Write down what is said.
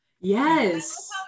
yes